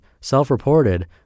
Self-Reported